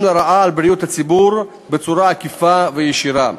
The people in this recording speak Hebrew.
לרעה על בריאות הציבור בצורה עקיפה וישירה,